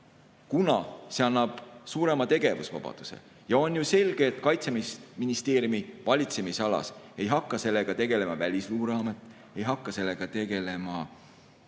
et see annab suurema tegevusvabaduse. On ju selge, et Kaitseministeeriumi valitsemisalas ei hakka sellega tegelema Välisluureamet, ei hakka sellega tegelema